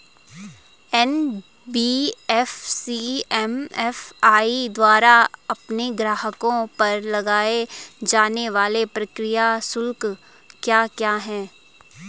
NBFC MFI द्वारा अपने ग्राहकों पर लगाए जाने वाले प्रक्रिया शुल्क क्या क्या हैं?